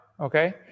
okay